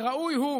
וראוי הוא